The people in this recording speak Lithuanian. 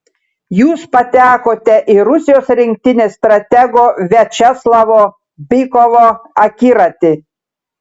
jūs patekote į rusijos rinktinės stratego viačeslavo bykovo akiratį